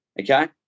okay